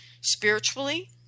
spiritually